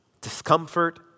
discomfort